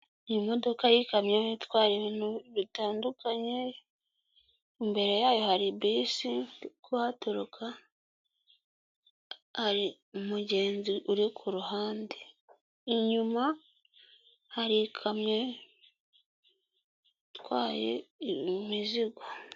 Imodoka y'ikamyo itwara ibintu bitandukanye, imbere yayo hari bisi iri kuhaturuka, hari umugenzi uri ku ruhande. Inyuma hari ikamyo itwaye imizigo.